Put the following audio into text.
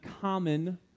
common